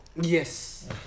Yes